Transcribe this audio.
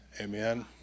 amen